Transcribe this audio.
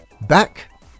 back